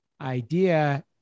idea